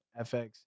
FX